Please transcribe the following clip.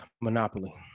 monopoly